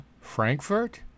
frankfurt